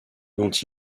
dont